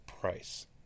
price